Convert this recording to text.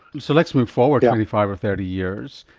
so let's move forward twenty five or thirty years.